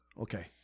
Okay